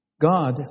God